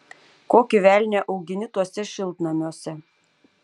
kokį velnią augini tuose šiltnamiuose